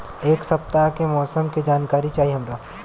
एक सपताह के मौसम के जनाकरी चाही हमरा